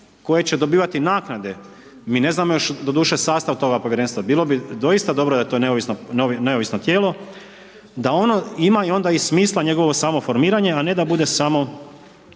koje će dobivati naknade, mi ne znamo još doduše sastav toga povjerenstva. Bilo bi doista dobro da je to neovisno tijelo, da ono ima onda i smisla njegovo samo formiranje a ne da bude samo